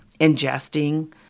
ingesting